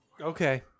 Okay